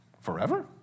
forever